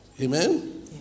Amen